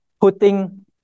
putting